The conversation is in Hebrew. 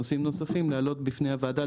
נושאים נוספים להעלות בפני הוועדה,